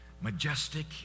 majestic